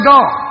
God